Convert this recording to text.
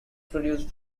produce